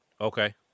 Okay